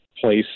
place